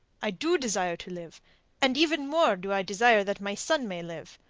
i do desire to live and even more do i desire that my son may live.